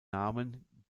namen